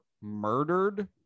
murdered